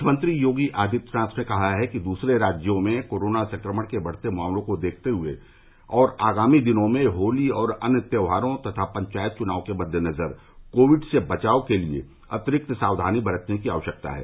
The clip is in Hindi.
मुख्यमंत्री योगी आदित्यनाथ ने कहा है कि दूसरे राज्यों में कोरोना संक्रमण के बढ़ते मामलों को देखते हुए और आगामी दिनों में होली और अन्य त्योहारों तथा पंचायत च्नावों के मददेनजर कोविड से बचाव के लिये अतिरिक्त सावधानी बरतने की आवश्यकता है